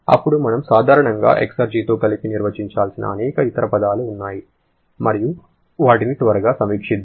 ఇప్పుడు మనం సాధారణంగా ఎక్సర్జీతో కలిపి నిర్వచించాల్సిన అనేక ఇతర పదాలు ఉన్నాయి మరియు వాటిని త్వరగా సమీక్షిద్దాం